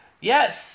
Yes